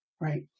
Right